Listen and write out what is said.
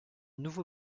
nouveau